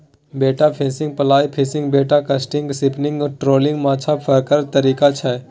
bait fishing, fly fishing, bait casting, spinning आ trolling माछ पकरबाक तरीका छै